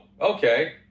okay